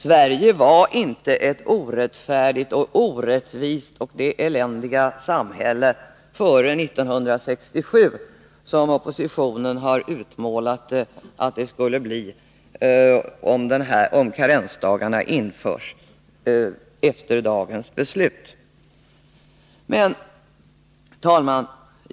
Sverige var inte före 1967 det orättfärdiga, orättvisa och eländiga samhälle som oppositionen har utmålat att det nu skulle bli, om karensdagarna införs efter dagens beslut. Fru talman!